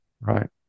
right